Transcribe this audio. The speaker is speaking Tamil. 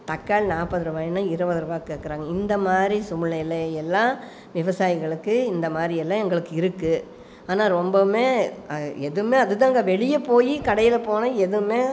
தக்காளி நாற்பது ரூவாயினா இருபது ரூவாக்கு கேட்குறாங்க இந்த மாதிரி சுழ்நிலை எல்லாம் விவசாயிகளுக்கு இந்த மாதிரி எல்லாம் எங்களுக்கு இருக்குது ஆனால் ரொம்பவும் எதுவுமே அதுதாங்க வெளியே போய் கடையில போனால் எதுவுமே